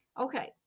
Okay